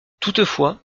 toutefois